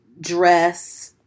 dress